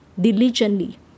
diligently